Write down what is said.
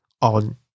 on